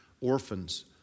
orphans